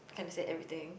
can't say everything